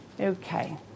Okay